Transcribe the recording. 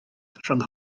rhwng